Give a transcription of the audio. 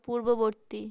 পূর্ববর্তী